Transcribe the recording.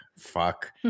fuck